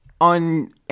on